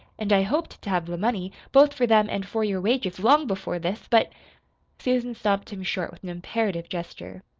and i hoped to have the money, both for them and for your wages, long before this. but susan stopped him short with an imperative gesture.